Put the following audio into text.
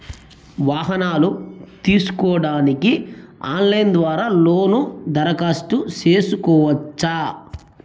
వాహనాలు తీసుకోడానికి ఆన్లైన్ ద్వారా లోను దరఖాస్తు సేసుకోవచ్చా?